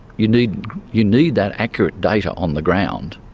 you need you need that accurate data on the ground,